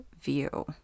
view